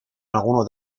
alguno